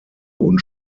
und